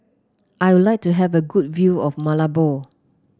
I would like to have a good view of Malabo